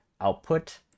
output